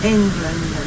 England